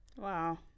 Wow